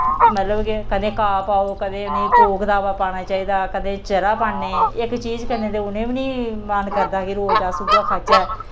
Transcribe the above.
मतलब कि कदें घाऽ पाओ कदें उ'नें भोऽ गदावा पाना चाहिदा कदें चरा पाने इक चीज कन्नै ते उ'नें बी निं मन करदा कि रोज अस उ'ऐ खाह्चै